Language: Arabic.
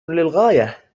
للغاية